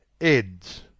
eds